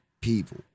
people